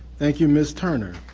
thank you, ms. turner.